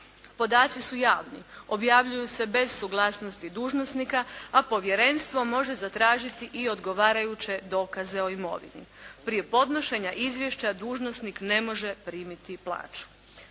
Podaci su javni. Objavljuju se bez suglasnosti dužnosnika, a povjerenstvo može zatražiti i odgovarajuće dokaze o imovini. Prije podnošenje izvješća dužnosnik ne može primiti plaću.